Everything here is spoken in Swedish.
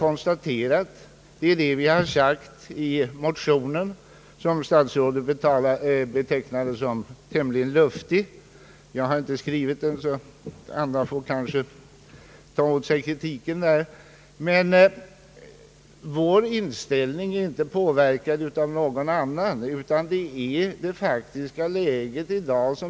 Det är detta vi har sagt i motionen, som av statsrådet betecknades som »tämligen luftig». Jag har inte skrivit den, så andra kanske får ta åt sig kritiken. Men vår inställning är inte påverkad av någon annan, utan bygger på det faktiska läget i dag.